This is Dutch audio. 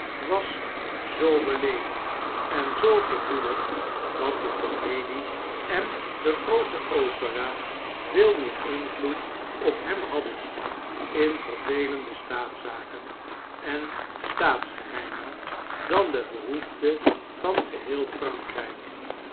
was zoo beleefd en zoo gevoelig dat de komedie en de groote opera veel meer invloed op hem hadden in vervelende staatszaken en staatsgeheimen dan de behoefte van geheel f